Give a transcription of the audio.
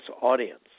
audience